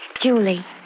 Julie